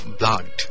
blood